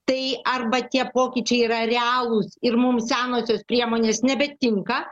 tai arba tie pokyčiai yra realūs ir mums senosios priemonės nebetinka